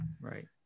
right